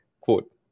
quote